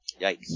Yikes